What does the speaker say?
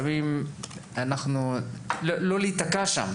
לא להיתקע שם.